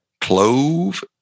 clove